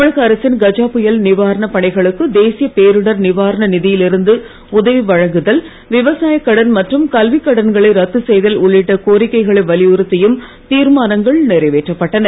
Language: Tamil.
தமிழக அரசின் கஜா புயல் நிவாரண பணிகளுக்கு தேசிய பேரிடர் நிவாரண நிதியில் இருந்து உதவி வழங்குதல் விவசாய கடன் மற்றும் கல்வி கடன்களை ரத்து செய்தல் உள்ளிட்ட கோரிக்கைகளை வலியுறுத்தியும் தீர்மானங்கள் நிறைவேற்றப்பட்டன